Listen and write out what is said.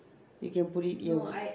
you can put it in